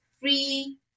free